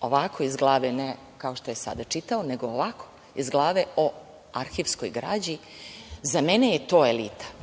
Ovako iz glave ne, kao što je sada čitao, nego ovako iz glave o arhivskoj građi. Za mene je to elita.